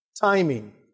Timing